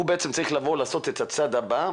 הוא צריך לעשות את הצעד הבא,